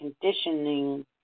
conditioning